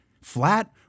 Flat